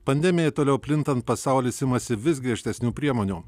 pandemijai toliau plintant pasaulis imasi vis griežtesnių priemonių